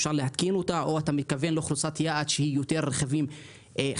אפשר להתקין אותה או שאתה מכוון לאוכלוסיית יעד שהיא יותר רכבים חדשים.